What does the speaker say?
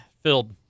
filled